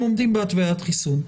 הם עומדים בהתוויית החיסון,